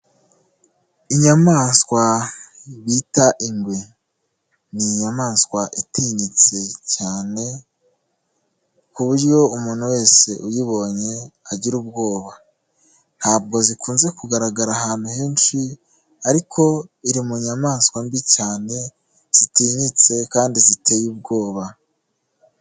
Inyamaswa bita ingwe. Ni inyamaswa itinyitse cyane, kuburyo umuntu wese uyibonye agira ubwoba, ntabwo zikunze kugaragara ahantu henshi ariko iri mu nyamaswa mbi cyane, zitinyitse kandi ziteye ubwoba.